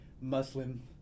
Muslim